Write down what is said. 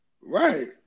right